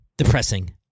Depressing